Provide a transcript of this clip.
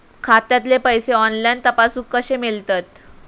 खात्यातले पैसे ऑनलाइन तपासुक कशे मेलतत?